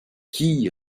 qui